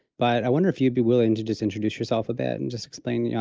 but i wonder if you'd be willing to just introduce yourself a bit and just explain, you know,